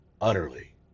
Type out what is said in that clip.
utterly